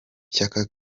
shyaka